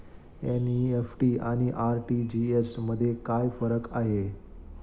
NEFT आणि RTGS मध्ये काय फरक आहे?